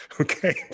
okay